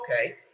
okay